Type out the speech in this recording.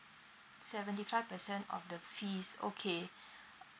seventy five percent of the fees okay